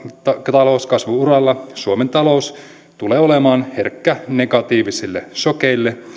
talouskasvu uralla suomen talous tulee olemaan herkkä negatiivisille sokeille